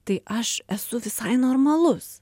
tai aš esu visai normalus